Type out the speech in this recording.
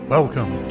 Welcome